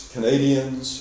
Canadians